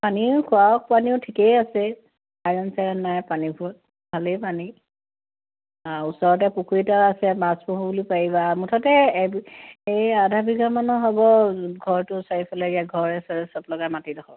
পানীও খোৱা পানীও ঠিকেই আছে আইৰন চাইৰন নাই পানীবোৰত ভালেই পানী ওচৰতে পুখুৰী এটা আছে মাছ পোহো বুলি পাৰিবা মুঠতে এবি এই আধা বিঘামানৰ হ'ব ঘৰটো চাৰিওফালে এইয়া ঘৰে চৰে সব লগাই মাটিডোখৰ